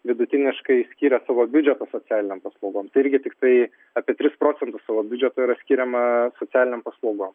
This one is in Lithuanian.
vidutiniškai skyrė savo biudžeto socialinėms paslaugoms irgi tiktai apie tris procentus savo biudžeto yra skiriama socialinėm paslaugom